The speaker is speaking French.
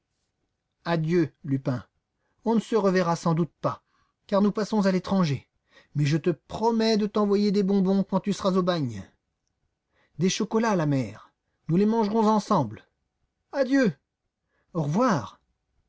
adieu lupin on ne se reverra sans doute pas car nous passons à l'étranger mais je te promets de t'envoyer des bonbons quand tu seras au bagne des chocolats la mère nous les mangerons ensemble adieu au revoir